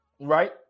right